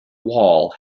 wall